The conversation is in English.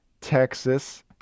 Texas